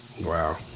Wow